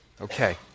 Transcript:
Okay